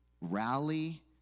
rally